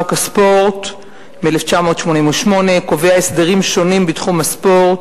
חוק הספורט מ-1988 קובע הסדרים שונים בתחום הספורט,